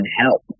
help